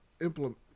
implement